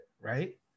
right